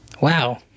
Wow